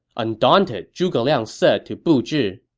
undaunted, zhuge liang said to bu zhi,